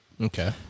Okay